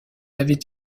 avait